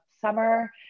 summer